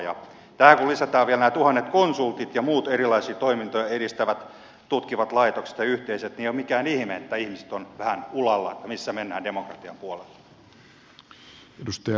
tähän kun lisätään vielä nämä tuhannet konsultit ja muut erilaisia toimintoja edistävät tutkivat laitokset ja yhteisöt niin ei ole mikään ihme että ihmiset ovat vähän ulalla siitä missä mennään demokratian puolella